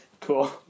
Cool